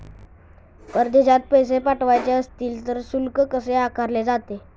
परदेशात पैसे पाठवायचे असतील तर शुल्क कसे आकारले जाते?